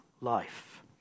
life